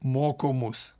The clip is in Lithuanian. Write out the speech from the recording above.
moko mus